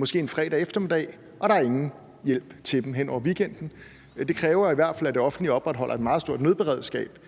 tusindvis, af ældre, og der er ingen hjælp til dem hen over weekenden. Det kræver i hvert fald, at det offentlige opretholder et meget stort nødberedskab.